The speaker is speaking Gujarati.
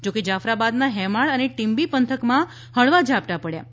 જો કે જાફરાબાદના હેમાળ અને ટીંબી પંથકમા હળવા ઝાપટા પડયા હતા